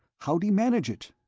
how'd he manage it?